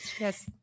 Yes